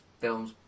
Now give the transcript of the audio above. films